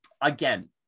Again